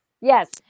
yes